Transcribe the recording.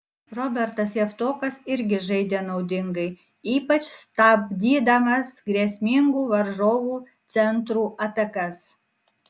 robertas javtokas irgi žaidė naudingai ypač stabdydamas grėsmingų varžovų centrų atakas